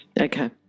Okay